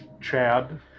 Chad